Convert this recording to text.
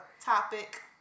topic